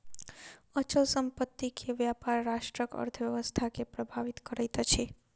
अचल संपत्ति के व्यापार राष्ट्रक अर्थव्यवस्था के प्रभावित करैत अछि